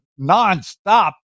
nonstop